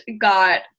got